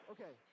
Okay